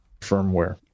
firmware